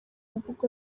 mvugo